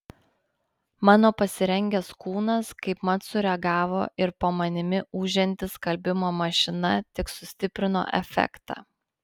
mano pasirengęs kūnas kaip mat sureagavo ir po manimi ūžianti skalbimo mašina tik sustiprino efektą